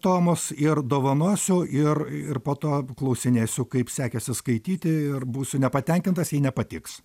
tomus ir dovanosiu ir ir po to apklausinėsiu kaip sekėsi skaityti ir būsiu nepatenkintas jei nepatiks